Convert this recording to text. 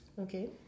Okay